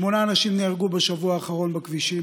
שמונה אנשים נהרגו בשבוע האחרון בכבישים,